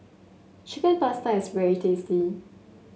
Chicken Pasta is very tasty